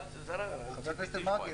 חבר הכנסת מרגי,